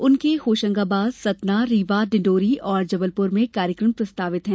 उनके होशंगाबाद सतना रीवा डिंडोरी और जबलपुर में कार्यक्रम प्रस्तावित हैं